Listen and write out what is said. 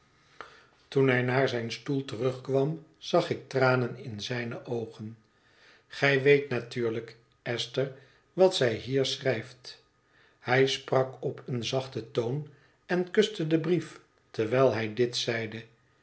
toen hij naar zijn stoel terugkwam zag ik tranen in zijne oogen gij weet natuurlijk esther wat zij hier schrijft hij sprak op een zacnten toon en kuste den brief terwijl hij dit zeide